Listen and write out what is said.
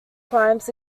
crimes